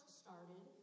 started